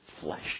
flesh